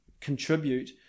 contribute